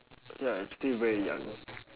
ya I'm still very young